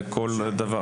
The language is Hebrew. ועדה.